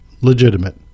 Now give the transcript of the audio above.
Legitimate